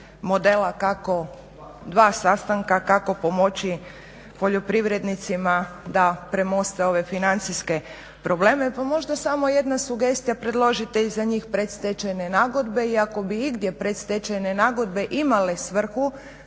modela kako, dva sastanka, kako pomoći poljoprivrednicima da premoste ove financijske probleme pa možda samo jedna sugestija, predložite i za njih predstečajne nagodbe i ako bi igdje predstečajne nagodbe imale svrhu